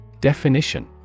Definition